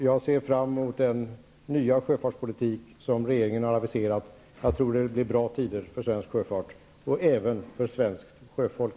Jag ser fram mot den nya sjöfartspolitik som regeringen har aviserat, och jag tror att det blir bra tider för svensk sjöfart och även för svenskt sjöfolk.